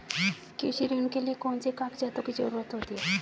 कृषि ऋण के लिऐ कौन से कागजातों की जरूरत होती है?